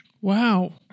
Wow